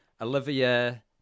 olivia